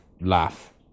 laugh